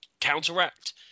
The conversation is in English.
counteract